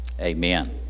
Amen